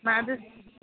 ꯏꯃꯥ ꯑꯗꯨ